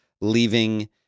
leaving